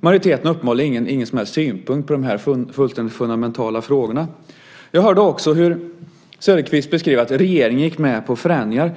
Majoriteten har ingen som helst synpunkt på de här fullständigt fundamentala frågorna. Jag hörde också Nils-Erik Söderqvist beskriva att regeringen gick med på förändringar.